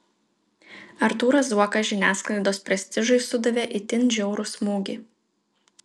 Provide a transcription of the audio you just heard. artūras zuokas žiniasklaidos prestižui sudavė itin žiaurų smūgį